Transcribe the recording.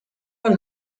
one